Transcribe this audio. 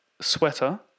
sweater